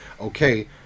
Okay